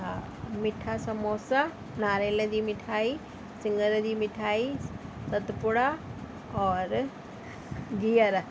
मिठा सम्बोसा नारियल जी मिठाई सिङर जी मिठाई सतपुड़ा और गीहर